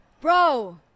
Bro